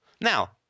Now